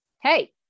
Hey